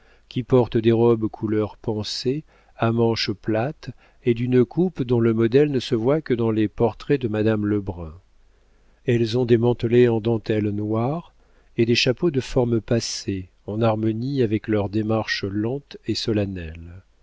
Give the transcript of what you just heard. qui portent des robes couleur pensée à manches plates et d'une coupe dont le modèle ne se voit que dans les portraits de madame lebrun elles ont des mantelets en dentelles noires et des chapeaux de formes passées en harmonie avec leur démarche lente et solennelle